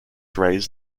rays